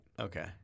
okay